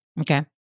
okay